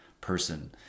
person